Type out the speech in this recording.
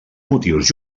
motius